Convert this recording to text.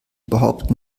überhaupt